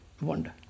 wonder